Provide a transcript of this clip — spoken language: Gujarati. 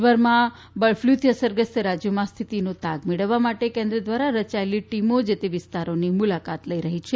દેશભરમાં બર્ડ ફલુથી અસરગ્રસ્ત રાજયોમાં સ્થિતિનો તાગ મેળવવા માટે કેન્દ્ર ધ્વારા રયાયેલી ટીમો જે તે વિસ્તારોની મુલાકાત લઇ રહી છે